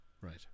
Right